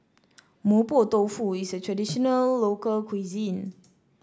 Mapo Tofu is a traditional local cuisine